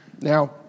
Now